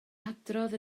hadrodd